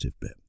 bit